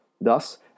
Thus